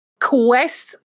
quest